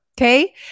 Okay